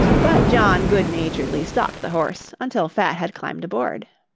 but john good-naturedly stopped the horse until fat had climbed aboard.